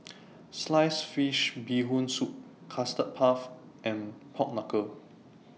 Sliced Fish Bee Hoon Soup Custard Puff and Pork Knuckle